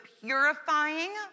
purifying